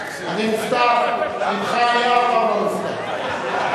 אני מופתע ממך אני אף פעם לא מופתע.